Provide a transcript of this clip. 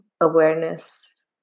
awareness